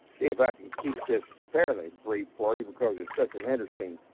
see if i can keep this fairly brief for you because it's such an interesting